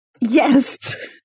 Yes